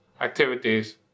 activities